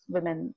Women